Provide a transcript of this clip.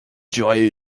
durer